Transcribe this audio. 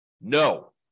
No